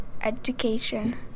education